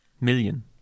Million